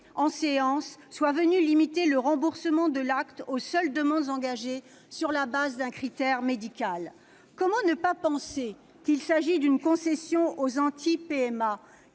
en séance, soit venue limiter le remboursement de l'acte aux seules demandes engagées sur la base d'un critère médical. Comment ne pas penser qu'il s'agit d'une concession aux anti-PMA,